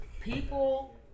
people